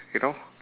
you know